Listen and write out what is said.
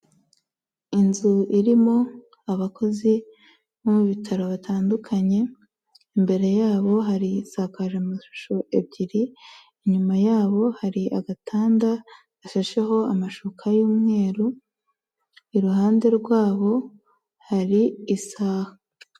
Inzu irimo abakozi bo mu bitaro bitandukanye imbere yabo hari insakazamashusho ebyiri inyuma yabo hari agatanda gashasheho amashuka y'umweru iruhande rwabo hari isaha.